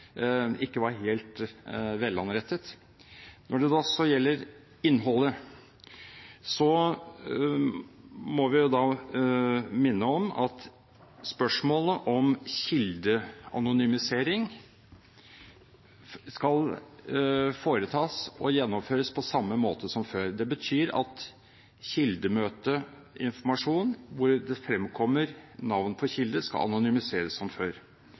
ikke var helt velrettet. Når det så gjelder innholdet, må vi minne om at anonymisering av kilder skal foretas og gjennomføres på samme måte som før. Det betyr at kildemøteinformasjon, hvor det fremkommer navn på kilde, skal anonymiseres som før.